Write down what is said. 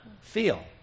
feel